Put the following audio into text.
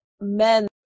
men